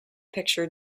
picture